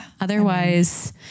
Otherwise